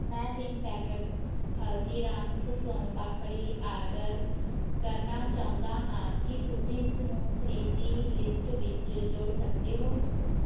ਮੈਂ ਤਿੰਨ packets Haldiram's soan papdi order ਕਰਨਾ ਚਾਹੁੰਦਾ ਹਾਂ ਕੀ ਤੁਸੀਂ ਇਸਨੂੰ ਖਰੀਦੀ ਲਿਸਟ ਵਿੱਚ ਜੋੜ ਸਕਦੇ ਹੋ